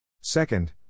Second